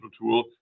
tool